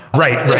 right.